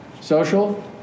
Social